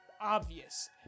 obvious